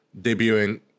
debuting